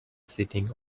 sitting